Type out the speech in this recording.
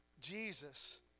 Jesus